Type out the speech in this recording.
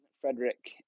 Frederick